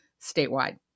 statewide